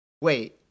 Wait